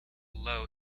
low